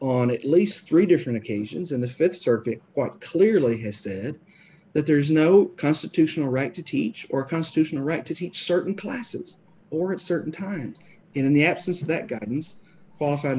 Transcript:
on at least three different occasions in the th circuit quite clearly has said that there is no constitutional right to teach or constitutional right to teach certain classes or at certain times in the absence of that guidance